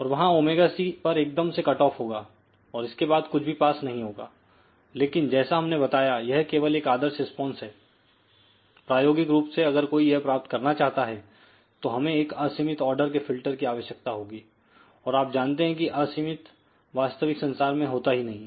और वहां ωc पर एकदम से कट ऑफ होगाऔर उसके बाद कुछ भी पास नहीं होगा लेकिन जैसा हमने बताया यह केवल एक आदर्श रिस्पॉन्स हैप्रायोगिक रूप से अगर कोई यह प्राप्त करना चाहता है तो हमें एक असीमित आर्डर के फिल्टर की आवश्यकता होगीऔर आप जानते हैं की असीमित वास्तविक संसार में होता ही नहीं है